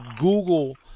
Google